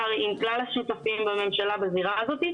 עם כלל השותפים בממשלה בזירה הזאת.